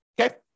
Okay